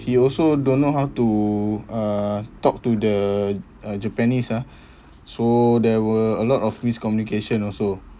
he also don't know how to uh talk to the uh japanese ah so there were a lot of miscommunication also